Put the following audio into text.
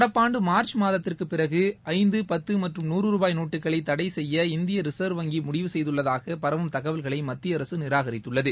நடப்பாண்டு மார்ச் மாதத்திற்கு பிறகு ஐந்து பத்து மற்றும் நூறு ரூபாய் நோட்டுகளை தடை செய்ய இந்திய ரிசர்வ் வங்கி முடிவு செய்துள்ளதாக பரவும் தகவல்களை மத்திய அரசு நிராகரித்துள்ளது